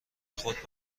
خود